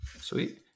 Sweet